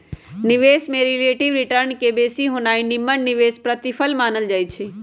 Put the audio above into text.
निवेश में relative return के बेशी होनाइ निम्मन निवेश प्रतिफल मानल जाइ छइ